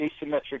asymmetric